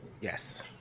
Yes